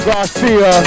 Garcia